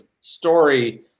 story